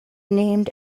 named